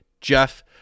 Jeff